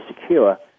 secure